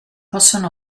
possono